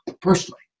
personally